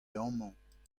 amañ